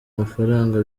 mafaranga